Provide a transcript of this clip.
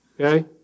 Okay